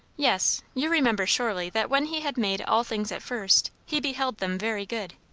yes. you remember surely that when he had made all things at first, he beheld them very good.